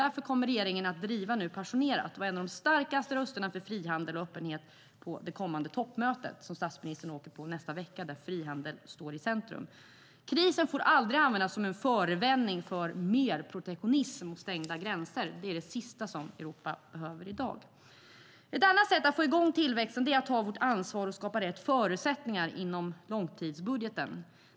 Därför kommer regeringen nu att passionerat driva, och vara en av de starkaste rösterna för, frihandel och öppenhet på det kommande toppmötet som statsministern åker till i nästa vecka. Där kommer frihandeln att stå i centrum. Krisen får aldrig användas som en förevändning för mer protektionism och stängda gränser. Det är det sista Europa behöver i dag. Ett annat sätt att få i gång tillväxten är att ta vårt ansvar och skapa rätt förutsättningar inom långtidsbudgeten.